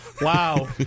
Wow